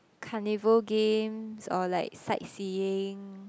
carnival games or like sight seeing